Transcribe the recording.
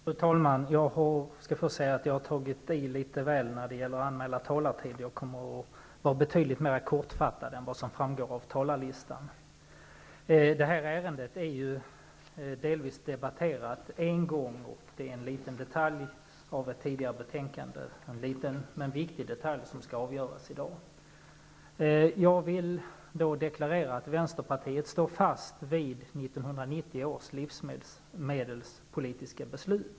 Fru talman! Jag vill först säga att min anmälda talartid är för mycket tilltagen. Jag kommer att bli betydligt mera kortfattad än vad som framgår av talarlistan. Detta ärende är delvis redan debatterat en gång. Det är en liten men viktig detalj från ett tidigare betänkande som skall avgöras i dag. Jag vill deklarera att vänsterpartiet står fast vid 1990 års livsmedelspolitiska beslut.